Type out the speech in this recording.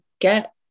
get